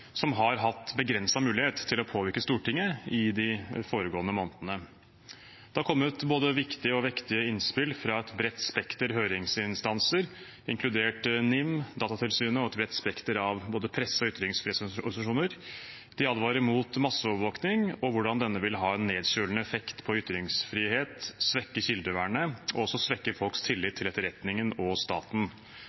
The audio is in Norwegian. som har hatt begrenset mulighet til å påvirke Stortinget i de foregående månedene. Det har kommet både viktige og vektige innspill fra et bredt spekter av høringsinstanser, inkludert NIM, Datatilsynet og et bredt spekter av både presse og ytringsfrihetsorganisasjoner. De advarer mot masseovervåking og hvordan denne vil ha en nedkjølende effekt på ytringsfrihet, svekke kildevernet og også svekke folks tillit til etterretningen og staten.